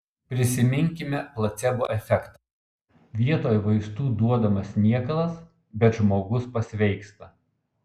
prisiminkime placebo efektą vietoj vaistų duodamas niekalas bet žmogus pasveiksta